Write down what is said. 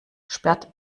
sperrt